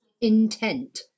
intent